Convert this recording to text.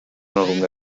alumne